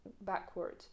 backward